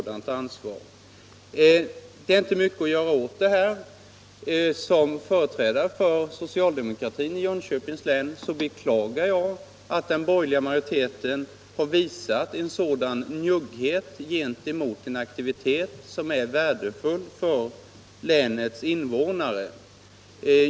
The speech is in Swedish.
Det är nu inte mycket att göra åt detta. Som företrädare för socialdemokratin i Jönköpings län beklagar jag att den borgerliga majoriteten visat en sådan njugghet när det gäller den aktivitet som är värdefull för länets invånare.